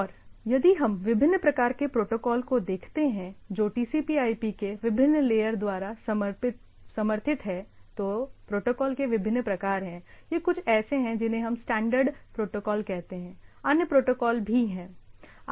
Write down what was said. और यदि हम विभिन्न प्रकार के प्रोटोकॉल को देखते हैं जो TCPIP की विभिन्न लेयर द्वारा समर्थित हैं तो प्रोटोकॉल के विभिन्न प्रकार हैं ये कुछ ऐसे हैं जिन्हें हम स्टैंडर्ड प्रोटोकॉल कहते हैं अन्य प्रोटोकॉल भी हैं